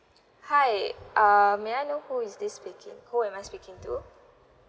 hi uh may I know who is this speaki~ who am I speaking to